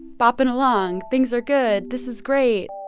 bopping along. things are good. this is great.